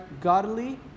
godly